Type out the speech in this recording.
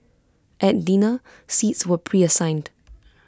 at dinner seats were preassigned